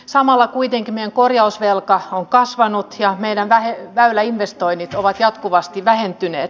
samalla kuitenkin meidän korjausvelka on kasvanut ja meidän väyläinvestoinnit ovat jatkuvasti vähentyneet